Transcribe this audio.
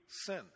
Sin